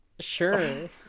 Sure